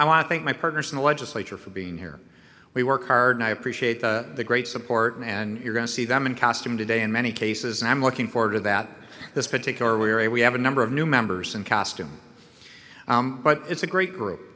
to thank my partners in the legislature for being here we work hard and i appreciate the great support and you're going to see them in costume today in many cases and i'm looking forward to that this particular way we have a number of new members in costume but it's a great group